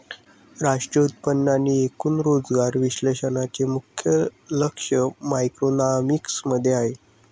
राष्ट्रीय उत्पन्न आणि एकूण रोजगार विश्लेषणाचे मुख्य लक्ष मॅक्रोइकॉनॉमिक्स मध्ये आहे